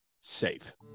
safe